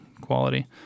quality